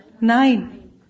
Nine